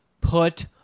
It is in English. put